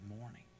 morning